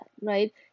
right